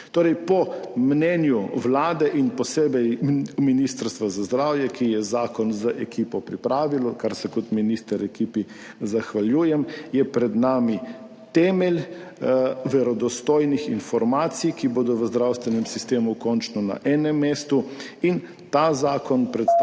11.45 (nadaljevanje) Ministrstva za zdravje, ki je zakon z ekipo pripravilo, kar se kot minister ekipi zahvaljujem, je pred nami temelj verodostojnih informacij, ki bodo v zdravstvenem sistemu končno na enem mestu. In ta zakon predstavlja